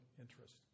interest